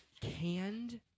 canned